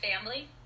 family